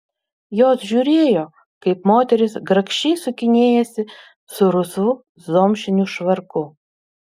jos žiūrėjo kaip moteris grakščiai sukinėjasi su rusvu zomšiniu švarku